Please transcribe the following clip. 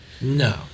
No